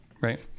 right